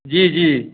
जी जी